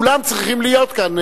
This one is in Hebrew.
כולם צריכים להיות כאן.